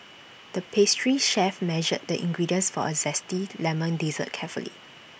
the pastry chef measured the ingredients for A Zesty Lemon Dessert carefully